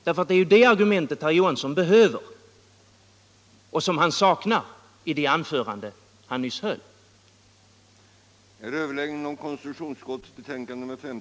Det är det argumentet herr Johansson behöver och som han saknade i det anförande han höll.